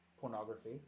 pornography